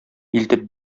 илтеп